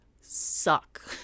suck